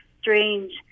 strange